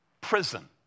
Prison